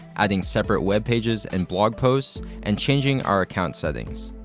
adding separate web pages and blog posts, and changing our account settings.